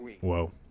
Whoa